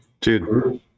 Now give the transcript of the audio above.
dude